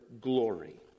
glory